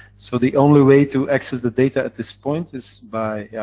so, the only way to access the data, at this point, is by, yeah,